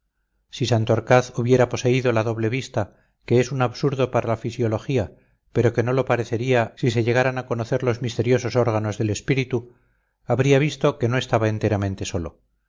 si santorcaz hubiera poseído la doble vista que es un absurdo para la fisiología pero que no lo parecería si se llegaran a conocer los misteriosos órganos del espíritu habría visto que no estaba enteramente solo